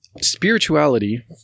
spirituality